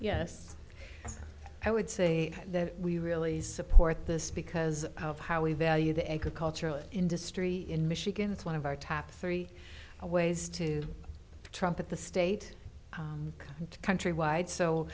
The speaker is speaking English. yes i would say that we really support this because of how we value the agricultural industry in michigan it's one of our top three ways to trumpet the state of the country wide so